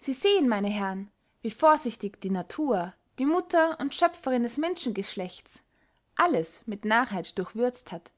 sie sehen meine herren wie vorsichtig die natur die mutter und schöpferinn des menschengeschlechts alles mit narrheit durchwürzt hat